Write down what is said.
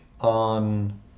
on